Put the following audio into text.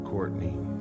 Courtney